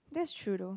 that's true though